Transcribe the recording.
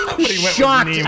shocked